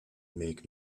make